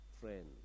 friends